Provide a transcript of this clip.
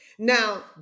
Now